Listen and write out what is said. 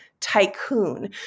tycoon